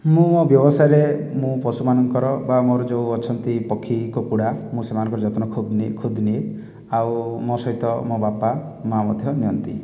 ମୁଁ ମୋ' ବ୍ୟବସାୟରେ ମୁଁ ପଶୁମାନଙ୍କର ବା ମୋ'ର ଯେଉଁ ଅଛନ୍ତି ପକ୍ଷୀ କୁକୁଡ଼ା ମୁଁ ସେମାନଙ୍କର ଯତ୍ନ ଖୁବ୍ ନିଏ ଖୁଦ୍ ନିଏ ଆଉ ମୋ' ସହିତ ମୋ' ବାପା ମା' ମଧ୍ୟ ନିଅନ୍ତି